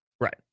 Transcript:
Right